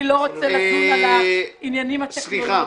לא רוצה לדון על העניינים הטכנולוגיים.